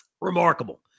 Remarkable